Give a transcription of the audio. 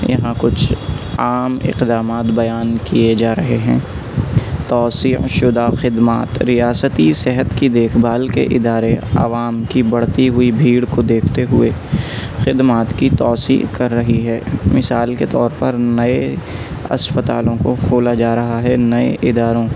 یہاں کچھ عام اقدامات بیان کیے جا رہے ہیں توسیع شدہ خدمات ریاستی صحت کی دیکھ بھال کے ادارے عوام کی بڑھتی ہوئی بھیڑ کو دیکھتے ہوئے خدمات کی توسیع کر رہی ہے مثال کے طور پر نئے اسپتالوں کو کھولا جا رہا ہے نئے اداروں